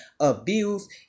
abuse